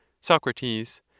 Socrates